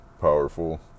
powerful